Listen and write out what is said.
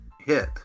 hit